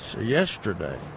yesterday